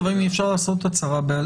חברים, אי-אפשר לעשות הצהרה בעל פה.